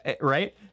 right